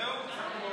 חוק לתיקון